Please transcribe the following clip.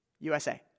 USA